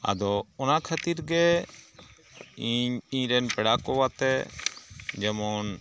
ᱟᱫᱚ ᱚᱱᱟ ᱠᱷᱟᱹᱛᱤᱨᱜᱮ ᱤᱧ ᱤᱧᱨᱮᱱ ᱯᱮᱲᱟᱠᱚ ᱟᱛᱮ ᱡᱮᱢᱚᱱ